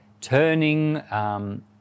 turning